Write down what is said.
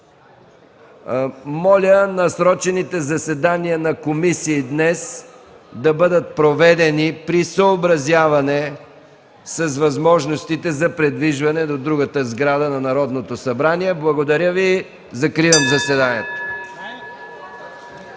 Моля насрочените заседания на комисии да бъдат проведени при съобразяване с възможностите за придвижване до другата сграда на Народното събрание. Благодаря Ви. Закривам заседанието.